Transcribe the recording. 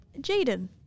Jaden